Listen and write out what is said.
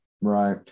Right